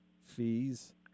fees